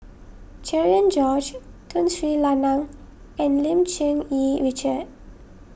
Cherian George Tun Sri Lanang and Lim Cherng Yih Richard